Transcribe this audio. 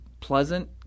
pleasant